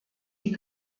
die